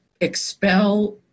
expel